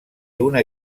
una